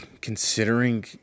considering